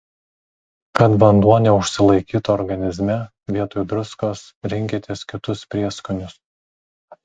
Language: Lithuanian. kad vanduo neužsilaikytų organizme vietoj druskos rinkitės kitus prieskonius